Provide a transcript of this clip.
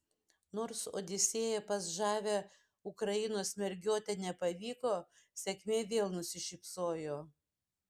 nors odisėja pas žavią ukrainos mergiotę nepavyko sėkmė vėl nusišypsojo